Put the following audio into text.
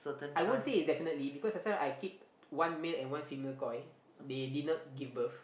I won't say definitely because last time I keep one male and one female koi they did not give birth